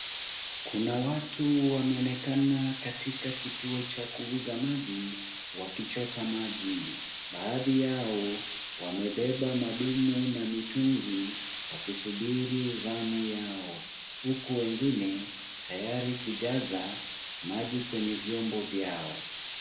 Kuna watu wameonekana katika kituo cha kuuza maji wakichota maji. Baadhi yao wamebeba madumu na mitungi wakisubiri zamu yao, huku wengine tayari kujaza maji kwenye vyombo vyao.